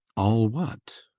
all what?